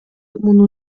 муну